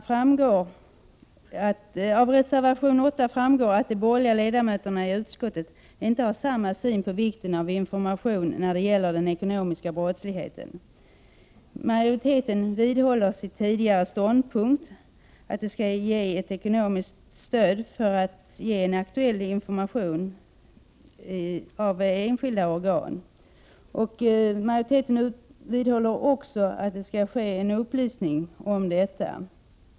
15 Av reservation 8 framgår att de borgerliga ledamöterna i utskottet inte har samma syn på vikten av information när det gäller den ekonomiska brottsligheten som majoriteten. Majoriteten vidhåller sin tidigare ståndpunkt att det skall ges ett ekonomiskt stöd för att göra det möjligt att ge en aktuell information av enskilda organ. Majoriteten vidhåller också att det skall ske en upplysningsverksamhet om detta.